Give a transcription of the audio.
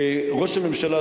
ראש הממשלה,